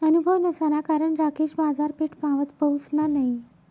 अनुभव नसाना कारण राकेश बाजारपेठपावत पहुसना नयी